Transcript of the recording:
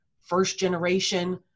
first-generation